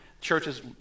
Churches